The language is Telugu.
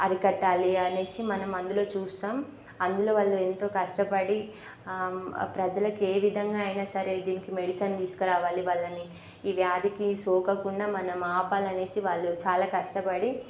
అరికట్టాలి అనేసి మనం అందులో చూస్తాము అందులో వాళ్ళు ఎంతో కష్టపడి ప్రజలకి ఏ విధంగా అయినా సరే దీనికి మెడిసిన్ తీసుకురావాలి వాళ్ళని ఈ వ్యాధికి సోకకుండా మనం ఆపాలి అనేసి వాళ్ళు చాలా కష్టపడి